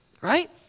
Right